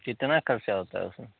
कितना खर्चा होता है उसमें